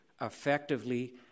effectively